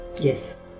Yes